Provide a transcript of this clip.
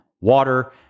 water